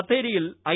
ബത്തേരിയിൽ ഐ